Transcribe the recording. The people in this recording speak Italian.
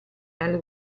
alle